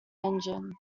engine